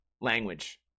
language